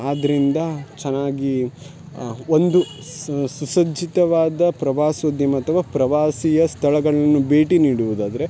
ಆದ್ದರಿಂದ ಚೆನ್ನಾಗಿ ಒಂದು ಸುಸಜ್ಜಿತವಾದ ಪ್ರವಾಸೋದ್ಯಮ ಅಥವಾ ಪ್ರವಾಸಿಸ್ಥಳಗಳನ್ನು ಭೇಟಿ ನೀಡುವುದಾದರೆ